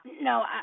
No